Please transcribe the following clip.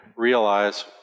Realize